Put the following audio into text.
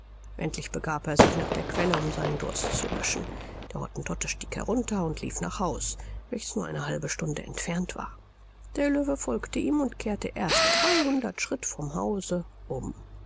endlich begab er sich nach der quelle um seinen durst zu löschen der hottentotte stieg herunter und lief nach haus welches nur eine halbe stunde entfernt war der löwe folgte ihm und kehrte erst dreihundert schritt vom hause um